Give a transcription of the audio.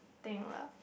thing lah